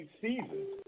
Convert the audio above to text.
seasons